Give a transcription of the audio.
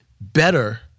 better